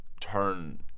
turn